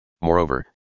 Moreover